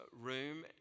room